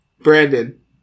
Brandon